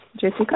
Jessica